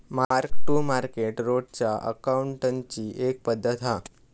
mark to market रोजच्या अकाउंटींगची एक पद्धत हा